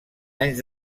anys